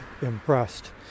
impressed